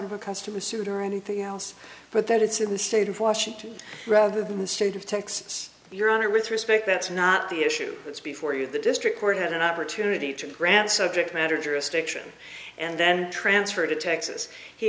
n a customer's suit or anything else but that it's in the state of washington rather than the state of texas your honor with respect that's not the issue that's before you the district court had an opportunity to grant subject matter jurisdiction and then transferred to texas he